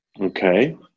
Okay